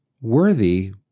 worthy